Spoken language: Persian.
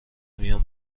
میان